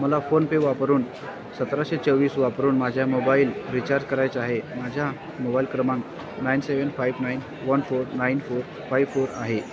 मला फोनपे वापरून सतराशे चोवीस वापरून माझ्या मोबाईल रिचार्ज करायचा आहे माझ्या मोबाईल क्रमांक nine seven five nine one four nine four five four आहे